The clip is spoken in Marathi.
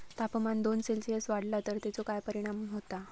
तापमान दोन सेल्सिअस वाढला तर तेचो काय परिणाम होता?